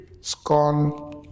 scorn